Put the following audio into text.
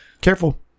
careful